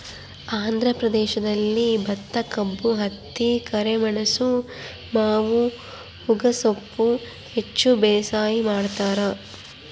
ಆಂಧ್ರ ಪ್ರದೇಶದಲ್ಲಿ ಭತ್ತಕಬ್ಬು ಹತ್ತಿ ಕರಿಮೆಣಸು ಮಾವು ಹೊಗೆಸೊಪ್ಪು ಹೆಚ್ಚು ಬೇಸಾಯ ಮಾಡ್ತಾರ